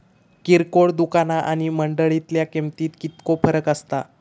किरकोळ दुकाना आणि मंडळीतल्या किमतीत कितको फरक असता?